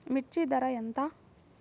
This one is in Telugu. మిర్చి ధర ఎంత?